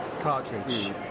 cartridge